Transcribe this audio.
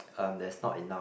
um there's not enough